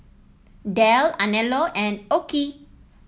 Dell Anello and OKI